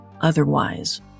otherwise